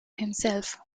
himself